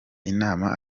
inama